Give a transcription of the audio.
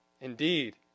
Indeed